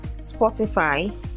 Spotify